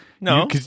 No